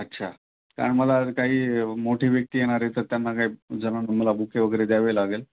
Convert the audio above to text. अच्छा कारण मला काही मोठी व्यक्ती येणार आहे तर त्यांना काही ज्यांना मला बुके वगैरे द्यावे लागेल